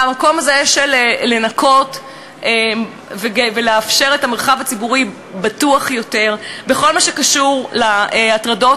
מהמקום הזה של לנקות ולאפשר מרחב ציבורי בטוח יותר בכל מה שקשור להטרדות